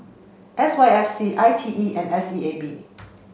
S Y F C I T E and S E A B